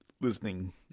listening